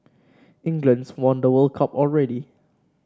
England's won the World Cup already